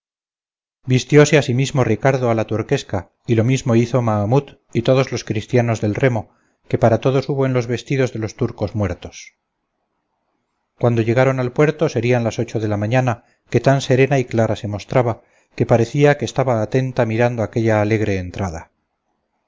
vistióse asimismo ricardo a la turquesca y lo mismo hizo mahamut y todos los cristianos del remo que para todos hubo en los vestidos de los turcos muertos cuando llegaron al puerto serían las ocho de la mañana que tan serena y clara se mostraba que parecía que estaba atenta mirando aquella alegre entrada